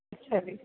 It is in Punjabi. ਅੱਛਾ ਜੀ